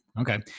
Okay